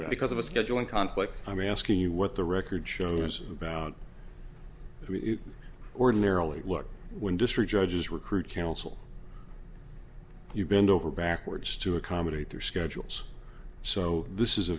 that because of a scheduling conflict i mean asking you what the record shows about who ordinarily look when district judges recruit counsel you bend over backwards to accommodate their schedules so this is a